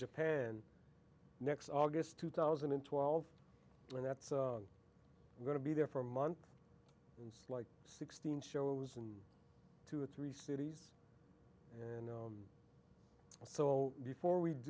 japan next august two thousand and twelve and that's going to be there for a month and slike sixteen shows in two or three cities and so before we